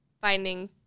finding